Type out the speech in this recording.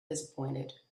disappointed